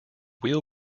wheel